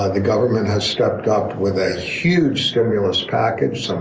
ah government has stepped up with a huge stimulus package,